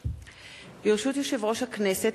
ברשות יושב-ראש הכנסת,